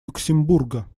люксембурга